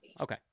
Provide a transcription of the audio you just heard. Okay